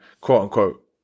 quote-unquote